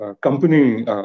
company